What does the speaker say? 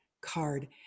card